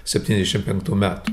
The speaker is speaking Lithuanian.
septyniasdešim penktų metų